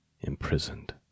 imprisoned